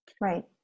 right